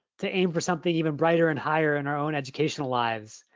to aim for something even brighter and higher in our own educational lives.